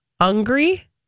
hungry